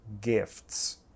gifts